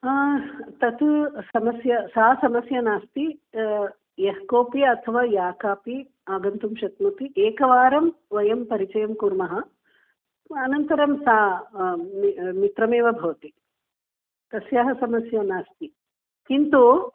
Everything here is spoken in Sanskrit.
तत् समस्या सा समस्या नास्ति यः कोपि अथवा या कापि आगन्तुं शक्नोति एकवारं वयं परिचयं कुर्मः अनन्तरं सा मित्रमेव भवति तस्याः समस्या नास्ति किन्तु